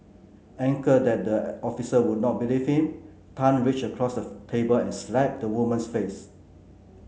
angered that the officer would not believe him Tan reached across of table and slapped the woman's face